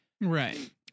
right